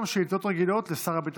מי בעד הצעת חוק המרכז לגביית